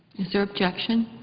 is there objection?